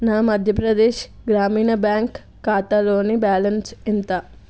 నా మధ్యప్రదేశ్ గ్రామీణ బ్యాంక్ ఖాతాలోని బ్యాలన్స్ ఎంత